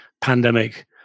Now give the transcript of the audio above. pandemic